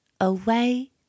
away